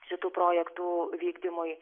šitų projektų vykdymui